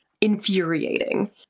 infuriating